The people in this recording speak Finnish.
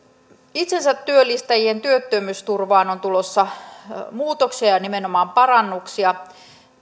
itsensätyöllistäjien työttömyysturvaan on tulossa muutoksia ja nimenomaan parannuksia